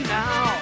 now